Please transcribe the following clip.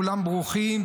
כולם ברוכים.